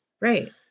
Right